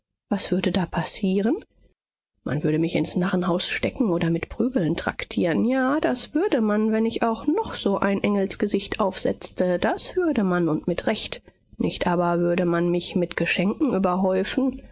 was würde da passieren man würde mich ins narrenhaus stecken oder mit prügeln traktieren ja das würde man wenn ich auch noch so ein engelsgesicht aufsetzte das würde man und mit recht nicht aber würde man mich mit geschenken überhäufen